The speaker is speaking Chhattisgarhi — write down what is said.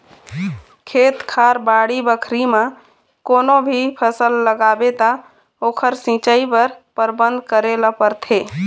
खेत खार, बाड़ी बखरी म कोनो भी फसल लगाबे त ओखर सिंचई बर परबंध करे ल परथे